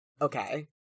Okay